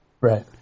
right